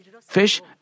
fish